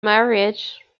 marriage